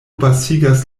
pasigas